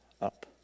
up